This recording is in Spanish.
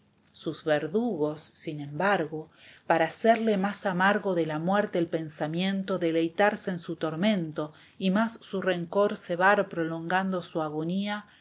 sus verdugos sin embargo para hacerle más amargo de la muerte el pensamiento deleitarse en su tormento y más su rencor cebar prolongando su agonía